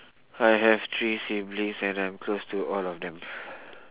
I have three siblings and I'm close to all of them